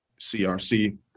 CRC